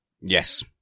Yes